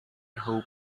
who